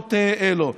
חברות אלו.